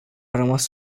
rămas